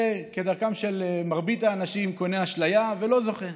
וכדרכם של מרבית האנשים, קונה אשליה ולא זוכה.